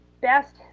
best